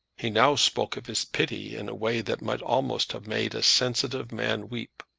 he now spoke of his pity in a way that might almost have made a sensitive man weep.